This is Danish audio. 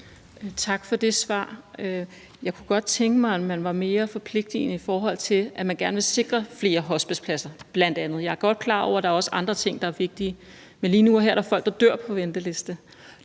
Tak for det svar. Jeg kunne godt tænke mig, at man var mere forpligtende, i forhold til at man bl.a. gerne vil sikre flere hospicepladser. Jeg er godt klar over, at der også er andre ting, der er vigtige, men lige nu og her er der folk, der dør på ventelisten.